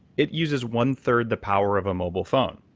it uses one-third the power of a mobile phone,